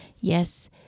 Yes